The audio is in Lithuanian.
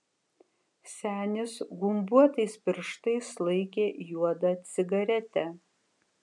senis gumbuotais pirštais laikė juodą cigaretę